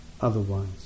otherwise